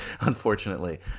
unfortunately